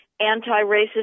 anti-racist